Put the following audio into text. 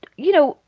you know,